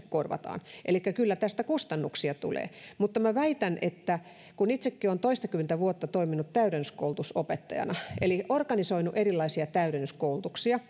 korvataan eli kyllä tästä kustannuksia tulee mutta väitän kun itsekin olen toistakymmentä vuotta toiminut täydennyskoulutusopettajana eli organisoinut erilaisia täydennyskoulutuksia